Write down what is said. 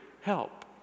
help